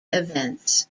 events